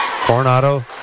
Coronado